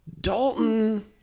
Dalton